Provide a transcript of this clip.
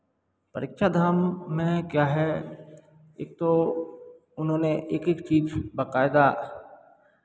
परीक्षा धाम में क्या है एक तो उन्होंने एक एक चीज़ बकायदा